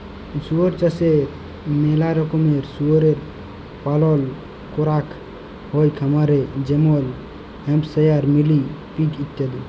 শুকর চাষে ম্যালা রকমের শুকরের পালল ক্যরাক হ্যয় খামারে যেমল হ্যাম্পশায়ার, মিলি পিগ ইত্যাদি